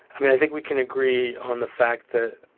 i mean, i think we can agree on the fact that